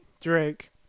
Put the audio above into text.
Drake